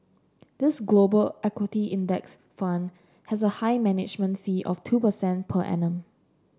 this Global equity index fund has a high management fee of two percent per annum